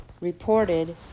reported